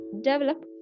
develop